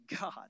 God